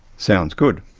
sounds good.